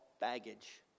baggage